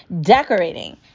decorating